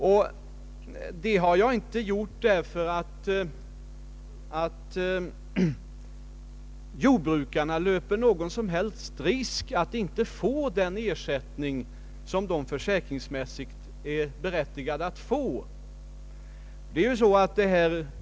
Vi har inte begärt detta därför att jordbrukarna löper någon som helst risk att inte få den ersättning som de försäkringsmässigt är berättigade till.